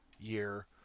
year